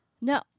No